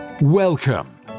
Welcome